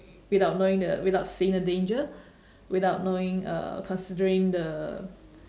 without knowing the without seeing the danger without knowing uh considering the